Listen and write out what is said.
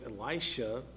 Elisha